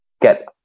get